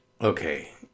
okay